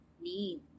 need